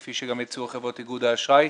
כפי שגם הציעו חברות איגוד האשראי.